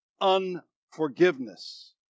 unforgiveness